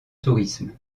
tourisme